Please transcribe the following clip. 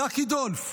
יקי דולף,